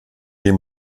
dem